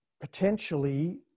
potentially